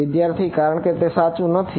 વિદ્યાર્થી કારણ કે તે સાચું નથી